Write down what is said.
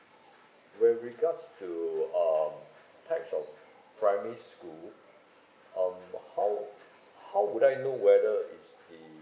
with regards to um types of primary school um how how would I know whether it's the